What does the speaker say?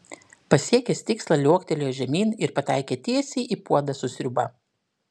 pasiekęs tikslą liuoktelėjo žemyn ir pataikė tiesiai į puodą su sriuba